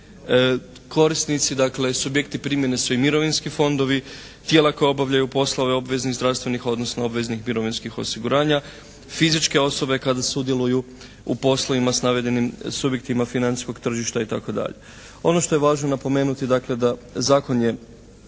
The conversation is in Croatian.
Korisnici, dakle subjekti primjene su i mirovinski fondovi, tijela koja obavljaju poslove obveznih zdravstvenih odnosno obveznih mirovinskih osiguranja, fizičke osobe kada sudjeluju u poslovima s navedenim subjektima financijskog tržišta itd. Ono što je važno napomenuti dakle da zakon je